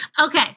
Okay